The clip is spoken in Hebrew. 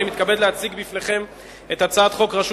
אני מתכבד להציג בפניכם את הצעת חוק רשות